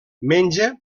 menja